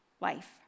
life